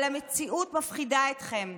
אבל המציאות מפחידה אתכם,